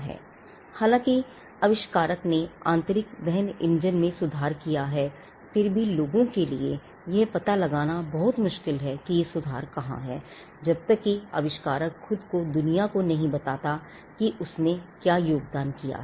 इसलिए हालांकि आविष्कारक ने आंतरिक दहन इंजन में सुधार किया है फिर भी लोगों के लिए यह पता लगाना बहुत मुश्किल होगा कि यह सुधार कहां है जब तक कि आविष्कारक खुद को दुनिया को नहीं बताता कि उसने क्या योगदान दिया था